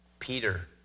Peter